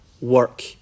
work